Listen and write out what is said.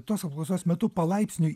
tos apklausos metu palaipsniui